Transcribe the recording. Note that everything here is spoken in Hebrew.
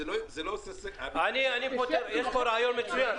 יש לי רעיון מצוין.